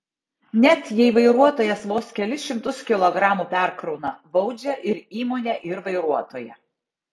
net jei vairuotojas vos kelis šimtus kilogramų perkrauna baudžia ir įmonę ir vairuotoją